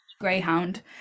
greyhound